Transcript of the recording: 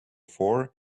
four